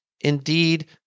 Indeed